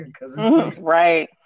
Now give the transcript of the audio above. Right